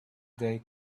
they